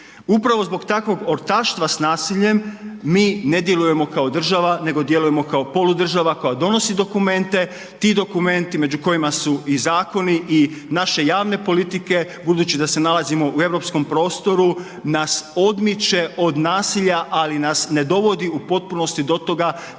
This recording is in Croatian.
Upravo zbog takvog ortaštva s nasiljem mi ne djelujemo kao država nego djelujemo kao polu država koja donosi dokumente, ti dokumenti među kojima su i zakoni i naše javne politike budući da se nalazimo u europskom prostoru nas odmiče od nasilja, ali nas ne dovodi u potpunosti do toga